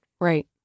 Right